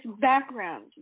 background